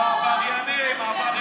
או עבריינים.